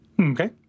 Okay